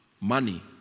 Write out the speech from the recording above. Money